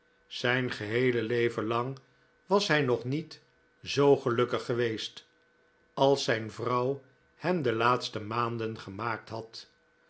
zijn geheele leven lang was hij nog niet zoo gelukkig geweest als zijn vrouw hem de laatste maanden gemaakt had